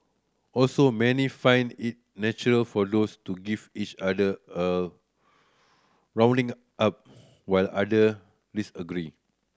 also many find it natural for those to give each other a roughening up while other disagree